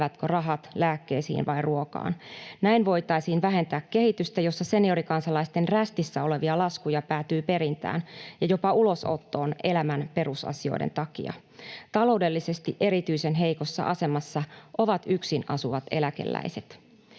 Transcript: riittävätkö rahat lääkkeisiin vai ruokaan. Näin voitaisiin vähentää kehitystä, jossa seniorikansalaisten rästissä olevia laskuja päätyy perintään ja jopa ulosottoon elämän perusasioiden takia. Taloudellisesti erityisen heikossa asemassa ovat yksin asuvat eläkeläiset.